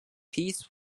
peace